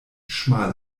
schmal